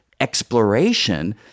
exploration